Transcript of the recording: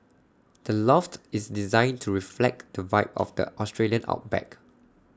the loft is designed to reflect to vibe of the Australian outback